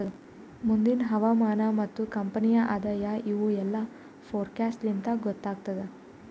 ಮುಂದಿಂದ್ ಹವಾಮಾನ ಮತ್ತ ಕಂಪನಿಯ ಆದಾಯ ಇವು ಎಲ್ಲಾ ಫೋರಕಾಸ್ಟ್ ಲಿಂತ್ ಗೊತ್ತಾಗತ್ತುದ್